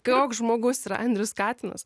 koks žmogus yra andrius katinas